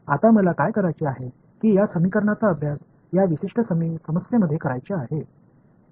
आता मला काय करायचे आहे की या समीकरणाचा अभ्यास या विशिष्ट समस्येमध्ये करायचे आहे